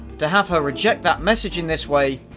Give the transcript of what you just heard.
to have her reject that message in this way,